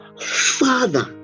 Father